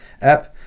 app